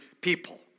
people